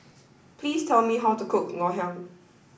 please tell me how to cook Ngoh Hiang